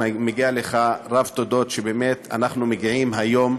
מגיע לך רב תודות על שבאמת אנחנו מגיעים לכך היום.